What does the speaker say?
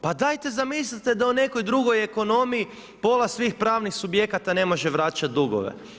Pa dajte zamislite da u nekoj drugoj ekonomiji pola svih pravnih subjekata ne može vraćati dugove.